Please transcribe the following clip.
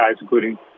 including